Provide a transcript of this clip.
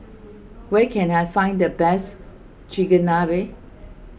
where can I find the best Chigenabe